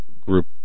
group